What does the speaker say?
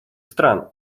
стран